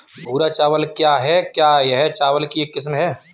भूरा चावल क्या है? क्या यह चावल की एक किस्म है?